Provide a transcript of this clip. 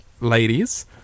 ladies